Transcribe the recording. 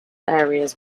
areas